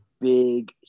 big